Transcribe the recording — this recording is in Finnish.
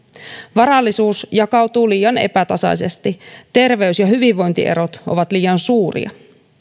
varallisuus jakautuu liian epätasaisesti terveys ja hyvinvointierot ovat liian suuria